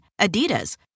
Adidas